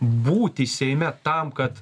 būti seime tam kad